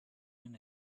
win